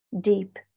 deep